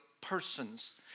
persons